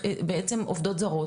בעצם עובדות זרות,